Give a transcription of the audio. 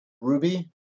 Ruby